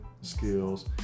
skills